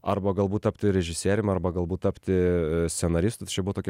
arba galbūt tapti režisierium arba galbūt tapti scenaristu tai čia buvo tokie